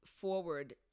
forward